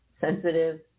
sensitive